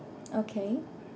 okay